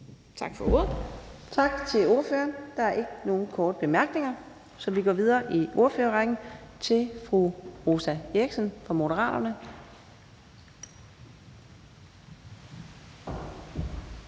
Adsbøl): Tak til ordføreren. Der er ikke nogen korte bemærkninger, så vi går videre i ordførerrækken til fru Sascha Faxe fra Alternativet